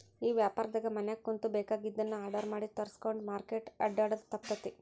ಈ ವ್ಯಾಪಾರ್ದಾಗ ಮನ್ಯಾಗ ಕುಂತು ಬೆಕಾಗಿದ್ದನ್ನ ಆರ್ಡರ್ ಮಾಡಿ ತರ್ಸ್ಕೊಂಡ್ರ್ ಮಾರ್ಕೆಟ್ ಅಡ್ಡ್ಯಾಡೊದು ತಪ್ತೇತಿ